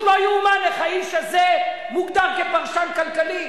יש מצוקה כלכלית